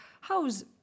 how's